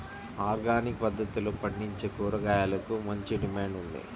organic పద్దతిలో పండించే కూరగాయలకు మంచి డిమాండ్ ఉంది